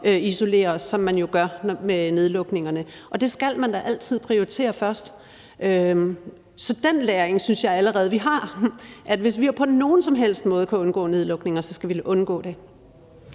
isolere os, som man jo gør med nedlukningerne. Det skal man da altid prioritere først. Så den læring synes jeg allerede vi har, nemlig at hvis vi på nogen som helst måde kan udgå nedlukninger, så skal vi undgå det.